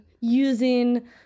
using